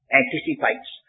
anticipates